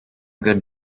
good